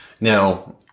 now